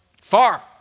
Far